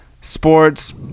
sports